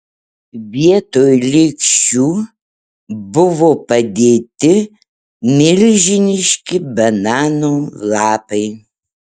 vietoj lėkščių buvo padėti milžiniški banano lapai